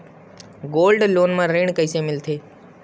Gold loan म ऋण कइसे मिलथे?